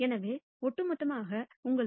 எனவே ஒட்டுமொத்தமாக உங்களுக்கு 1 0